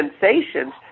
sensations